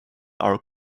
are